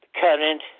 current